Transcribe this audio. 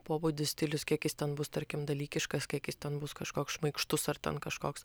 pobūdis stilius kiek jis ten bus tarkim dalykiškas kiek jis ten bus kažkoks šmaikštus ar ten kažkoks